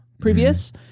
previous